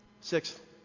Sixth